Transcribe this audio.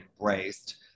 embraced